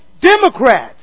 Democrats